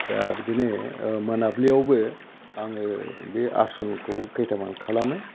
दा बिदिनो मोनाबिलियावबो आङो बे आसनखौ खैथामान खालामो